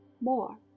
More